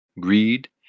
greed